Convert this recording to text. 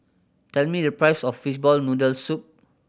tell me the price of fishball noodle soup